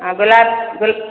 ಹಾಂ ಗುಲಾಬಿ ಗುಲ್